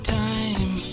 time